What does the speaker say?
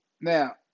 Now